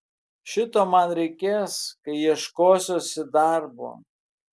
šito man reikės kai ieškosiuosi darbo